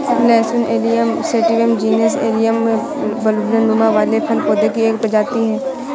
लहसुन allium sativum genus allium में बल्बनुमा फूल वाले पौधे की एक प्रजाति है